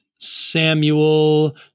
Samuel